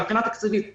מבחינה תקציבית,